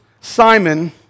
Simon